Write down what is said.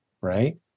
right